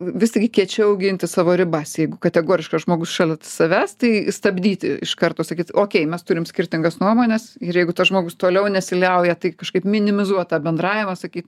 vis tik gi kiečiau auginti savo ribas jeigu kategoriškas žmogus šalia savęs tai stabdyti iš karto sakyt ok mes turim skirtingas nuomones ir jeigu tas žmogus toliau nesiliauja tai kažkaip minimizuot tą bendravimą sakyt